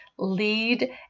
lead